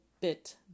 bit